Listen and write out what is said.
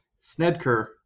Snedker